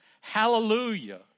Hallelujah